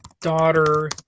Daughter